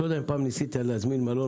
אני לא יודע אם ניסית פעם להזמין מלון